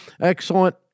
excellent